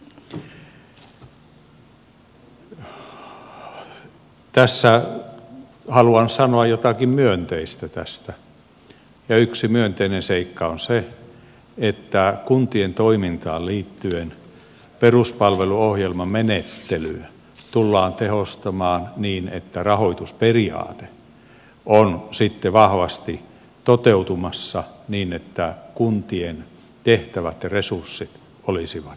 tässä haluan sanoa jotakin myönteistä tästä ja yksi myönteinen seikka on se että kuntien toimintaan liittyen peruspalveluohjelmamenettelyä tullaan tehostamaan niin että rahoitusperiaate on sitten vahvasti toteutumassa niin että kuntien tehtävät ja resurssit olisivat tasapainossa